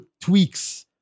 tweaks